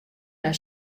nei